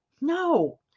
No